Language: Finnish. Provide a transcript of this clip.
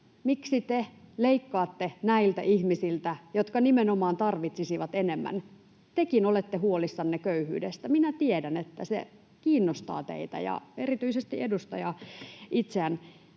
Miksi te leikkaatte näiltä ihmisiltä, jotka nimenomaan tarvitsisivat enemmän? Tekin olette huolissanne köyhyydestä. Minä tiedän, että se kiinnostaa teitä ja erityisesti edustajaa itseään.